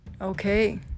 okay